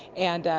and,